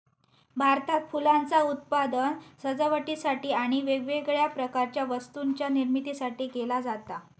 भारतात फुलांचा उत्पादन सजावटीसाठी आणि वेगवेगळ्या प्रकारच्या वस्तूंच्या निर्मितीसाठी केला जाता